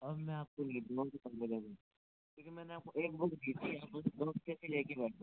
अब मैं आपको नहीं दूँगा किताब ये याद रखिये क्योंकि मैंने आपको एक बुक दी थी आप उसे दो हफ्ते से लेके बैठे हो